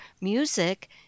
music